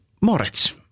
Moritz